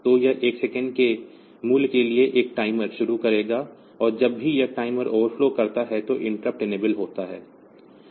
तो यह 1 सेकंड के मूल्य के लिए एक टाइमर शुरू करेगा और जब भी यह टाइमर ओवरफ्लो करता है तो इंटरप्ट इनेबल होता है